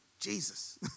Jesus